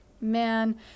man